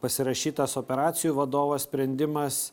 pasirašytas operacijų vadovo sprendimas